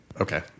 Okay